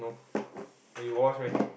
<S?